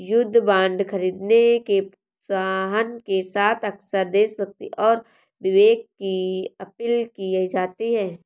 युद्ध बांड खरीदने के प्रोत्साहन के साथ अक्सर देशभक्ति और विवेक की अपील की जाती है